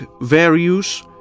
various